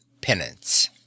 penance